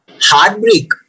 Heartbreak